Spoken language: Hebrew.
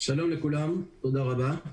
שלום לכולם, תודה רבה.